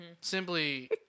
simply